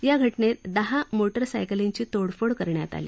या घटनेत दहा मोटारसायकलींची तोडफोड करण्यात आली